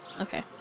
Okay